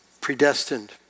Predestined